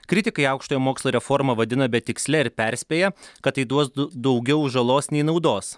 kritikai aukštojo mokslo reformą vadina betiksle ir perspėja kad tai duos daugiau žalos nei naudos